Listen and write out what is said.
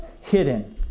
hidden